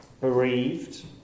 Bereaved